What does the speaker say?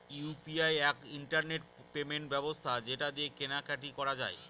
UPI এক internet payment ব্যবস্থা যেটা দিয়ে কেনা কাটি করা যায়